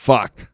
Fuck